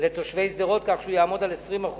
לתושבי שדרות כך שהוא יעמוד על 20%,